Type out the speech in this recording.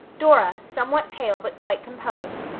dora, somewhat pale but quite composed,